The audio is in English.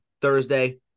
Thursday